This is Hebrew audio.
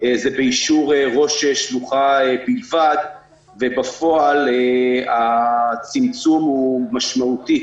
זה באישור ראש שלוחה בלבד ובפועל הצמצום הוא משמעותי.